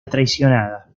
traicionada